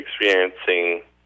experiencing